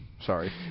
Sorry